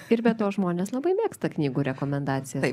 ir be to žmonės labai mėgsta knygų rekomendacijas